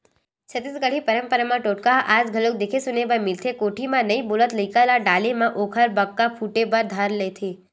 छत्तीसगढ़ी पंरपरा म टोटका ह आज घलोक देखे सुने बर मिलथे कोठी म नइ बोलत लइका ल डाले म ओखर बक्का फूटे बर धर लेथे